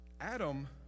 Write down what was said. Adam